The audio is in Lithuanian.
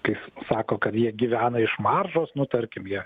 kaip sako kad jie gyvena iš maržos nu tarkim jie